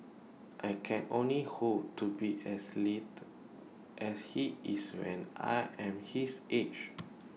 I can only hope to be as as he is when I am his age